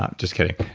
ah just kidding.